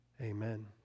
Amen